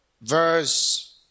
verse